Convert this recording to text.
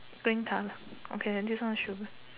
green colour okay this one should be